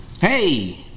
hey